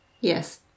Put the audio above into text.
Yes